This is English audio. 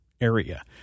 area